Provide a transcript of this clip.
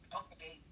okay